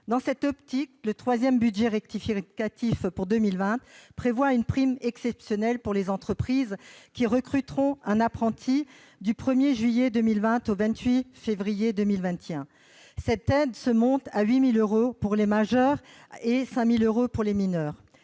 Dans cette optique, le troisième budget rectificatif pour 2020 prévoit une prime exceptionnelle pour les entreprises qui recruteront un apprenti du 1 juillet 2020 au 28 février 2021 : cette aide s'élève à 8 000 euros pour les majeurs et à 5 000 euros pour les mineurs.